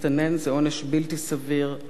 זה עונש בלתי סביר לחלוטין.